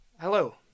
Hello